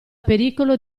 pericolo